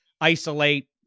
isolate